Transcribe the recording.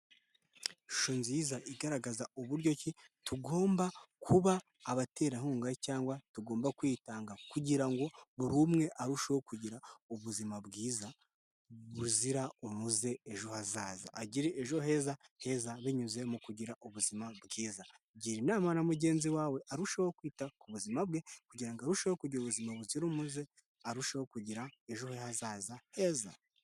Ishusho nziza igaragaza uburyo ki tugomba kuba abaterankunga cyangwa tugomba kwitanga kugira ngo buri umwe arusheho kugira ubuzima bwiza buzira umuze ejo hazaza. Agire ejo heza heza binyuze mu kugira ubuzima bwiza. Gira inama na mugenzi wawe arusheho kwita ku buzima bwe kugira ngo arusheho kugira ubuzima buzira umuze arusheho kugira ejo he hazaza heza.